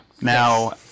Now